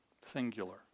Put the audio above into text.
Singular